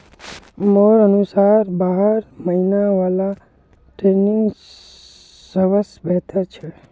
मोर अनुसार बारह महिना वाला ट्रेनिंग सबस बेहतर छ